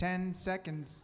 ten seconds